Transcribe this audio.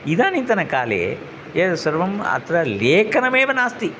इदानीन्तन काले एतत् सर्वम् अत्र लेखनमेव नास्ति